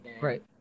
Right